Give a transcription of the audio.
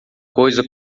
coisa